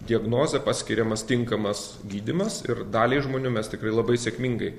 diagnozė paskiriamas tinkamas gydymas ir daliai žmonių mes tikrai labai sėkmingai